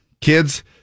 Kids